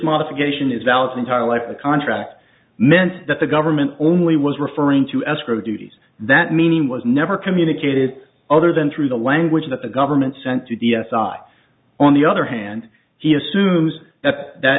modification is valid entire life the contract meant that the government only was referring to escrow duties that meaning was never communicated other than through the language that the government sent to d s i on the other hand he assumes that